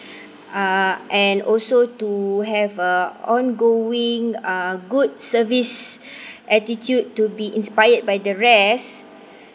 uh and also to have a ongoing uh good service attitude to be inspired by the rest